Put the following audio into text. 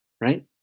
right